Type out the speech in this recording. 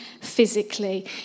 physically